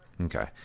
okay